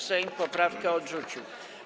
Sejm poprawkę odrzucił.